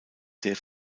sehr